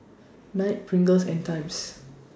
Knight Pringles and Times